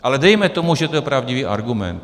Ale dejme tomu, že to je pravdivý argument.